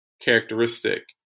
characteristic